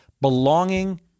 Belonging